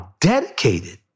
dedicated